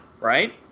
Right